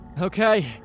Okay